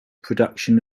production